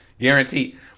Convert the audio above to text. guaranteed